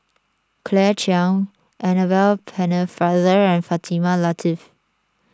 Claire Chiang Annabel Pennefather and Fatimah Lateef